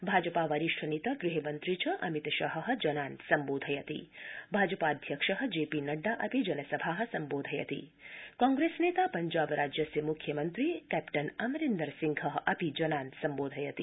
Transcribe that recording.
भाजपा वरिष्ठ नेता गृहमन्त्री च अमित शाह जनान् सम्बोधयति भाजपा अध्यक्ष जेपी नड्डा अपि जनसभा सम्बोधयति कांप्रेसनेता पञ्जाब राज्यस्य मुख्यमन्त्री कैप्टन अमरिन्दर सिंह अपि जनान् सम्बोधयति